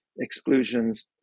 exclusions